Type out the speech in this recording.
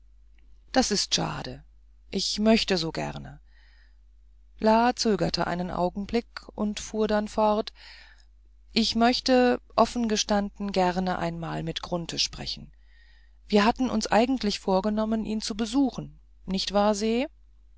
das ist schade ich möchte so gern la zögerte einen augenblick und fuhr dann fort ich möchte offen gestanden gern einmal mit grunthe sprechen wir hatten uns eigentlich vorgenommen ihn zu besuchen nicht wahr se